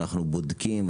אנחנו בודקים,